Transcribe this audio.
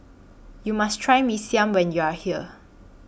YOU must Try Mee Siam when YOU Are here